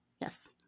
yes